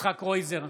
יצחק קרויזר,